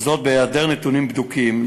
בהיעדר נתונים בדוקים.